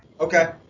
Okay